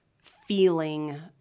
feeling